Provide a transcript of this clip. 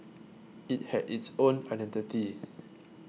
it had its own identity